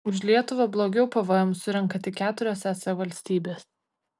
už lietuvą blogiau pvm surenka tik keturios es valstybės